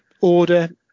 Order